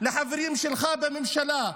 לחברים שלך בממשלה,